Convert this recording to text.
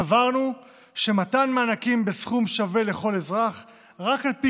סברנו שמתן מענקים בסכום שווה לכל אזרח רק על פי